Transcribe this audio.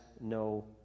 no